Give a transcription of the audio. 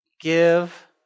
Give